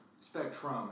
Spectrum